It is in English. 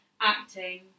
acting